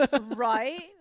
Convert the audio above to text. Right